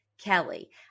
Kelly